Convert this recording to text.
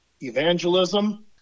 evangelism